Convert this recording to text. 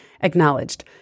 acknowledged